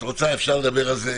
את רוצה, אפשר לדבר על זה.